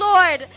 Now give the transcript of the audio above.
Lord